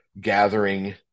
gathering